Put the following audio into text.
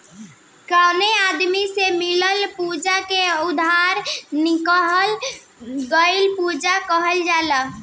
कवनो आदमी से मिलल पूंजी के उधार लिहल गईल पूंजी कहल जाला